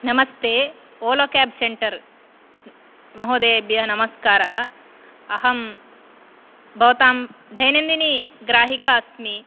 नमस्ते Ola cab centre महोदेभ्यः नमस्कारः अहं भवताम् दैनन्दिनी ग्राहिका अस्मि